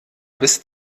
bis